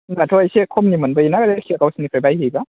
होनब्लाथ' एसे खमनि मोनबोयोना गावसोरनिफ्राय बायहैबा